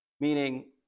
Meaning